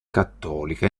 cattolica